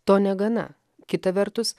to negana kita vertus